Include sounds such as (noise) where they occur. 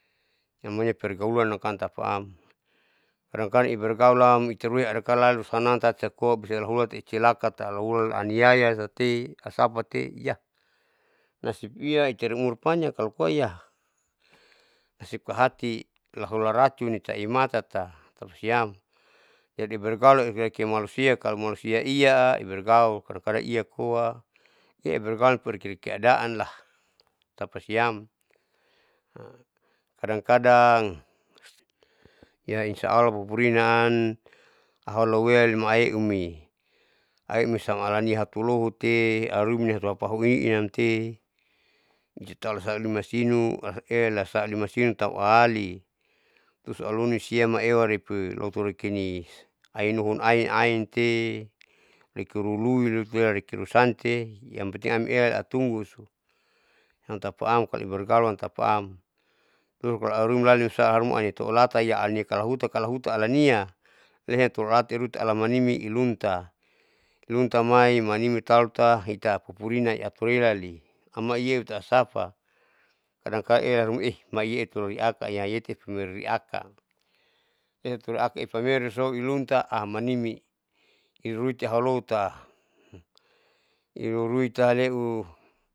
Siamaila pergaulan nakan tapaam kadang kadang ibergaulam itarui adakala sanang tati koa bisa lahulan ticilaka tahu lani aniyaya tati asapate iyah. nasip iya itaeumur panjang kalopo hiya nasip kahati lahula racuni imatata tapasiam, jadi bergaulam ihareki malusia kalo malusia ia iergaul kadang kadang ia luha ibergaul pikiri keadaan lah tapasiam, (hesitation) kadang kadang hiya insya allah pupurina awa loholea imaleuli haeam alani hatulohote alalumi hatupahu ininamte biatau alinumasinu lasakaela alasakaela lasasinu tahu ahali, terus auloni siam maewari lotoni aumei ainuhun ain ainte rekiluluin amte rusante yang penting amela latungguso siam tapaam kaloam tapaam loro kalo auruin mulali huasa auharuma lalin solataya anikalahuta alania leherurati rutaalamanimi ilunta, lunta mai manima nitaluta ita pupurina iatur relali sama iyuatasapakadang kadang euharuma ih yeuloi atan iyaheti lamoi atan etaloiaka upameri so ilunta amanimi iruita haulota (hesitation) iruiruita haleu.